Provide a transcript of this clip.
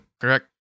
correct